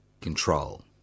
control